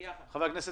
ביחד.